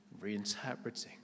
reinterpreting